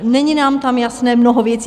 Není nám tam jasné mnoho věcí.